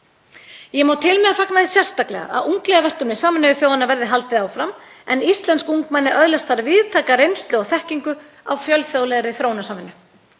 Ég má til með að fagna því sérstaklega að ungliðaverkefni Sameinuðu þjóðanna verði haldið áfram, en íslensk ungmenni öðlast þar víðtæka reynslu og þekkingu á fjölþjóðlegri þróunarsamvinnu.